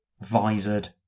visored